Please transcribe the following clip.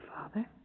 Father